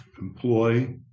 employ